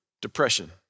Depression